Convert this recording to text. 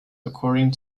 according